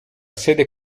sede